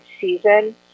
season